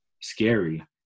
scary